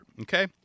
Okay